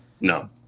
No